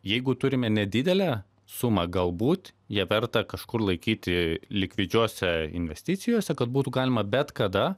jeigu turime nedidelę sumą galbūt ją verta kažkur laikyti likvidžiose investicijose kad būtų galima bet kada